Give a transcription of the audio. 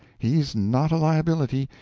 he's not a liability,